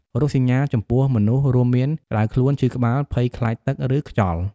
រោគសញ្ញាចំពោះមនុស្សរួមមាន ក្តៅខ្លួន ឈឺក្បាល ភ័យខ្លាចទឹក ឬខ្យល់។